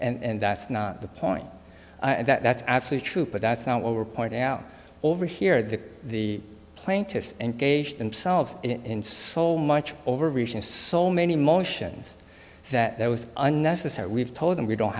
for and that's the point and that's actually true but that's not what we're pointing out over here that the plaintiffs engage themselves in so much over regions so many motions that was unnecessary we've told them we don't